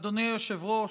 אדוני היושב-ראש,